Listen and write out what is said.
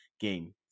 game